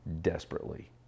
desperately